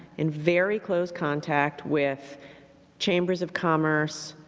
in very close contact with chambers of commerce,